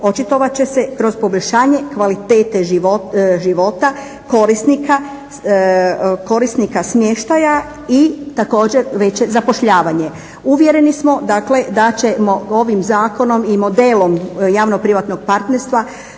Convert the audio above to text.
očitovat će se kroz poboljšanje kvalitete života korisnika smještaja i također veće zapošljavanje. Uvjereni smo dakle da ćemo ovim zakonom i modelom javno-privatnog partnerstva